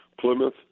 Plymouth